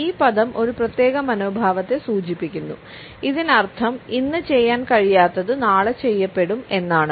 ഈ പദം ഒരു പ്രത്യേക മനോഭാവത്തെ സൂചിപ്പിക്കുന്നു ഇതിനർത്ഥം 'ഇന്ന് ചെയ്യാൻ കഴിയാത്തത് നാളെ ചെയ്യപ്പെടും' എന്നാണ്